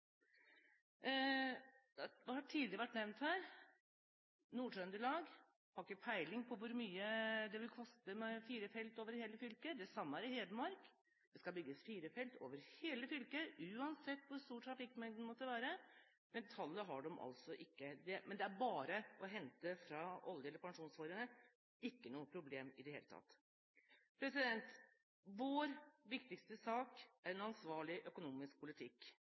Det har tidligere vært nevnt her at Nord-Trøndelag ikke har peiling på hvor mye det vil koste med fire felt over hele fylket, det samme gjelder Hedmark. Det skal bygges fire felt over hele fylket uansett hvor stor trafikkmengden måtte være. Tallet har de altså ikke, men det er bare å hente fra oljefondet, Pensjonsfondet, det er ikke noe problem i det hele tatt. Vår viktigste sak er en ansvarlig økonomisk politikk.